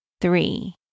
three